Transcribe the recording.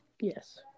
Yes